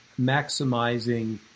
maximizing